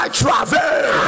travel